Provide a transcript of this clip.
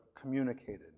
communicated